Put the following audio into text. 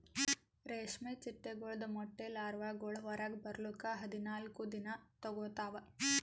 ರೇಷ್ಮೆ ಚಿಟ್ಟೆಗೊಳ್ದು ಮೊಟ್ಟೆ ಲಾರ್ವಾಗೊಳ್ ಹೊರಗ್ ಬರ್ಲುಕ್ ಹದಿನಾಲ್ಕು ದಿನ ತೋಗೋತಾವ್